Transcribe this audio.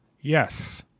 Yes